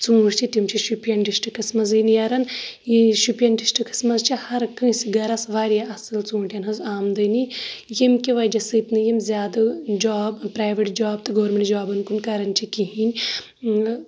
ژوٗنٹھ چھِ تِم چھِ شپِین ڈسٹکَس منٛزٕے نیران شُپیَن ڈسٹکَٹس منٛز چھِ ہر کٲنٛسہِ گرَس واریاہ اَصٕل ژوٗنٹھیٚن ہٕنٛز آمدٕنی ییٚمہِ کہِ وجہہ سۭتۍ نہٕ یِم زیادٕ جاب پرایویٹ جاب تہٕ گورمنٛٹ جابن کُن کران چھِ کہٚیٚنۍ